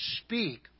Speak